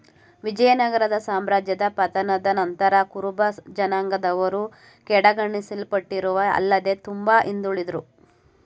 ವಿಜಯನಗರ ಸಾಮ್ರಾಜ್ಯದ ಪತನದ ನಂತರ ಕುರುಬಜನಾಂಗದವರು ಕಡೆಗಣಿಸಲ್ಪಟ್ಟರು ಆಲ್ಲದೆ ತುಂಬಾ ಹಿಂದುಳುದ್ರು